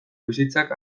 bizitzak